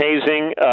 hazing